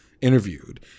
interviewed